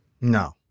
No